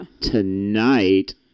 tonight